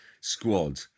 squad